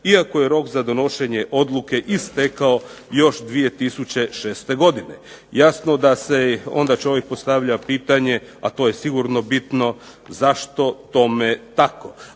iako je rok za donošenje odluke istekao još 2006. godine. Jasno da si onda čovjek postavlja pitanje, a to je sigurno bitno zašto tome tako,